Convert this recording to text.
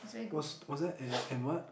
was was that and and what